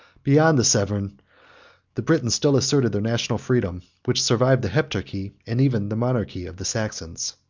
beyond the severn the britons still asserted their national freedom, which survived the heptarchy, and even the monarchy, of the saxons.